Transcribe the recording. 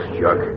Chuck